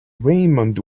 raymond